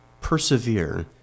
persevere